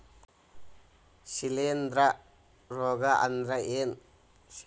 ಶಿಲೇಂಧ್ರ ರೋಗಾ ಅಂದ್ರ ಏನ್?